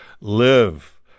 live